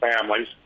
families